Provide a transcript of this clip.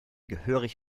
gehörig